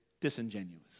disingenuous